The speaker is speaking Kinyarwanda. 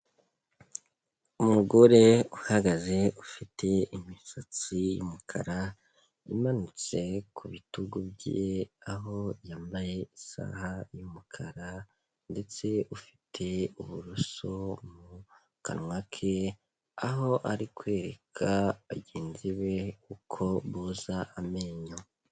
Umugore uhagaze ufite imisatsi y'umukara, imanutse ku bitugu bye aho yambaye isaha y'umukara ndetse ufite uburoso mu kanwa ke, aho ari kwereka bagenzi be uko boza amenyo.